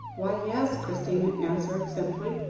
why, yes, christina answered simply.